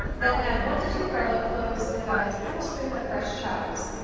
then add one to two garlic cloves, and about a tablespoon of fresh chives.